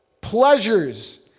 Pleasures